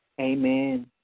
Amen